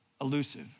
elusive